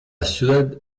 ciudad